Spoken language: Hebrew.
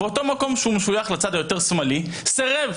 אותו מקום ששויך לצד היותר שמאלי סירב.